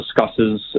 discusses